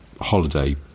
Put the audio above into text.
holiday